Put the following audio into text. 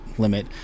Limit